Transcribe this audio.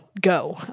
go